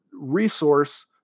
resource